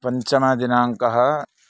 पञ्चमदिनाङ्कः